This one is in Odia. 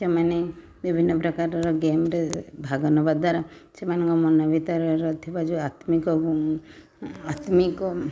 ସେମାନେ ବିଭିନ୍ନ ପ୍ରକାରର ଗେମ୍ରେ ଭାଗ ନେବା ଦ୍ୱାରା ସେମାନଙ୍କ ମନ ଭିତରର ଥିବା ଯେଉଁ ଆତ୍ମିକ ଆତ୍ମିକ